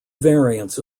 variants